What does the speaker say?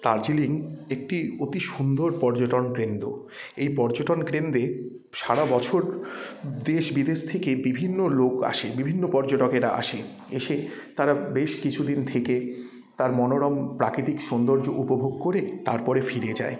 দার্জিলিং একটি অতি সুন্দর পর্যটন কেন্দ্র এই পর্যটন কেন্দ্রে সারা বছর দেশ বিদেশ থেকে বিভিন্ন লোক আসে বিভিন্ন পর্যটকেরা আসে এসে তারা বেশ কিছু দিন থেকে তার মনোরম প্রাকৃতিক সৌন্দর্য উপভোগ করে তারপরে ফিরে যায়